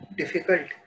difficult